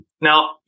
Now